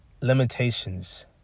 limitations